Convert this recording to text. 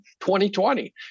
2020